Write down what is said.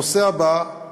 הנושא הבא: